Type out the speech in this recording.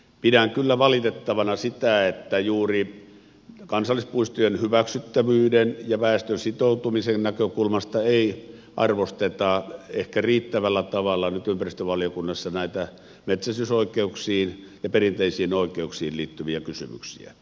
pidän kyllä valitettavana sitä että juuri kansallispuistojen hyväksyttävyyden ja väestön sitoutumisen näkökulmasta ei arvosteta ehkä riittävällä tavalla nyt ympäristövaliokunnassa näitä metsästysoikeuksiin ja perinteisiin oikeuksiin liittyviä kysymyksiä